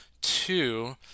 two